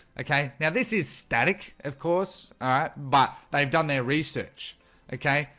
okay now this is static. of course but they've done their research okay,